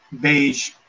beige